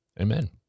Amen